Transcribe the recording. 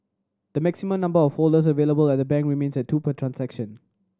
the maximum number of folders available at the banks remains at two per transaction